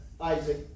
Isaac